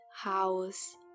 house